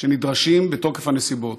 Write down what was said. שנדרשים בתוקף הנסיבות.